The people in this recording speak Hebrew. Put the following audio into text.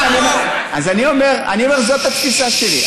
אני אומר, זאת התפיסה שלי.